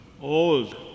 Old